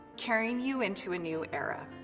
carrying you into a new era.